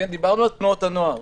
דיברנו על תנועות הנוער.